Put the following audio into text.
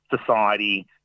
society